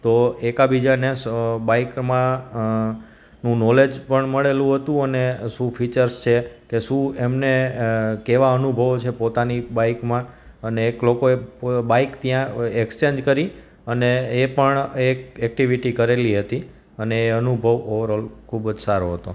તો એકા બીજાને બાઈકમાં નોલેજ પણ મળેલું અતું અને શું ફીચર્સ છે કે શું એમને કેવા અનુભવો છે પોતાની બાઈકમાં અને એક લોકોએ બાઈક ત્યાં એક્સચેન્જ કરી અને એ પણ એક એક્ટિવિટી કરેલી હતી અને અનુભવ ઓવર ઓલ ખૂબ જ સારો હતો